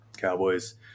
Cowboys